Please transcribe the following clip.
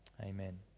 Amen